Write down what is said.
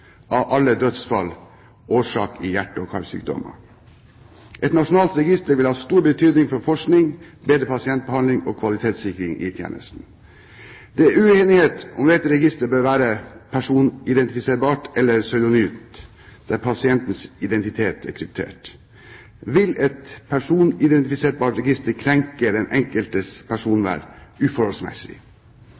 av alle dødsfall forårsaket av hjerte- og karsykdommer. Et nasjonalt register vil ha stor betydning for forskning, bedre pasientbehandling og kvalitetssikring i tjenesten. Det er uenighet om dette registret bør være personidentifiserbart eller pseudonymt, der pasientens identitet er kryptert. Vil et personidentifiserbart register krenke den enkeltes personvern uforholdsmessig?